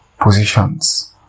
positions